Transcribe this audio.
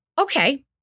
Okay